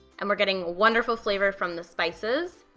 and we're getting wonderful flavor from the spices.